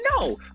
no